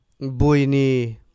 Buini